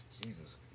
Jesus